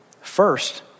First